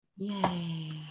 Yay